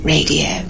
Radio